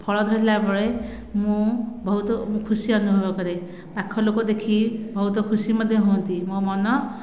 ଫଳ ଧରିଲା ବେଳେ ମୁଁ ବହୁତ ଖୁସି ଅନୁଭବ କରେ ପାଖ ଲୋକ ଦେଖି ବହୁତ ଖୁସି ମଧ୍ୟ ହୁଅନ୍ତି ମୋ' ମନ